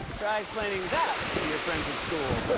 trying explaining that to your friends at school.